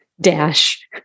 dash